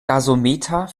gasometer